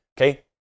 okay